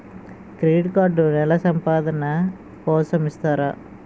Credit card నెల సంపాదన కోసం ఇస్తారా?